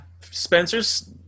Spencer's